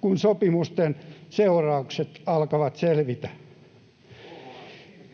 kun sopimusten seuraukset alkavat selvitä.